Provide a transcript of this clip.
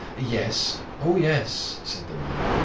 yes. oh, yes, said the man,